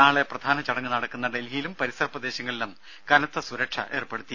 നാളെ പ്രധാന ചടങ്ങ് നടക്കുന്ന ഡൽഹിയിലും പരിസര പ്രദേശങ്ങളിലും കനത്ത സുരക്ഷ ഏർപ്പെടുത്തി